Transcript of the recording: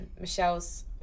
Michelle's